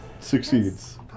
Succeeds